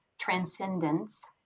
transcendence